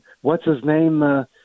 what's-his-name